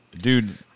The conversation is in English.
Dude